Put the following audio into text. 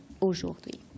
aujourd'hui